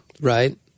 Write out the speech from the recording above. Right